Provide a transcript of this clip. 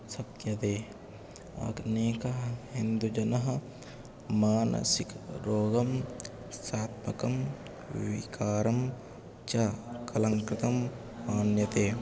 शक्यते आग् नैकः हिन्दुजनः मानसिकरोगं मानसात्मकं विकारं च कलङ्कृतम् मन्यते